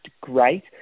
great